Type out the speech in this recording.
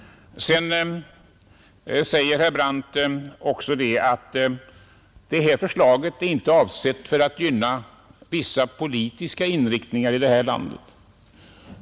Vidare säger herr Brandt också att detta förslag inte är avsett att gynna vissa politiska riktningar här i landet.